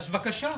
אז בבקשה.